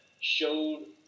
showed